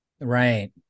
Right